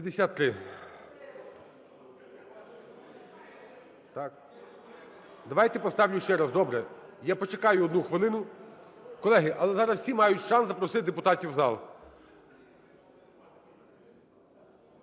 Давайте поставлю ще раз? Добре, я почекаю 1 хвилину. Колеги, але зараз всі мають шанс запросити депутатів в зал.